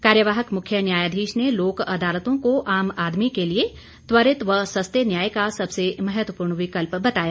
कार्यवाहक मुख्य न्यायाधीश ने लोक अदालतों को आम आदमी के लिए त्वरित व सस्ते न्याय का सबसे महत्वपूर्ण विकल्प बताया